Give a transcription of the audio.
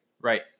Right